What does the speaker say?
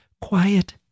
quiet